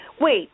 wait